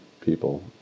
people